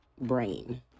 brain